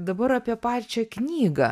dabar apie pačią knygą